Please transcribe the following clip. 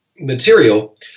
material